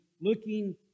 looking